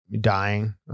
dying